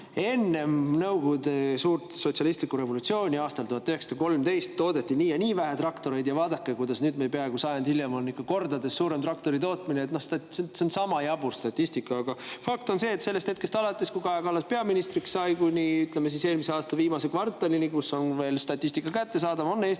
enne Nõukogude suurt sotsialistlikku revolutsiooni aastal 1913 toodeti nii ja nii vähe traktoreid ja vaadake, kuidas nüüd, peaaegu sajand hiljem on kordades suurem traktoritootmine. Noh, see on sama jabur statistika. Aga fakt on see, et sellest hetkest alates, kui Kaja Kallas peaministriks sai, kuni eelmise aasta viimase kvartalini, mille kohta on statistika juba kättesaadav, on Eestis